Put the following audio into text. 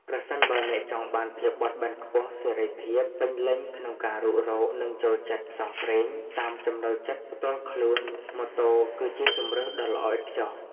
ប្រសិនបើអ្នកចង់បាន ភាពបត់បែនខ្ពស់ សេរីភាព ពេញលេញក្នុងការរុករក និងចូលចិត្ត ផ្សងព្រេង តាមចំណូលចិត្តផ្ទាល់ខ្លួន ម៉ូតូ គឺជាជម្រើសដ៏ល្អឥតខ្ចោះ។